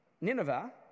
Nineveh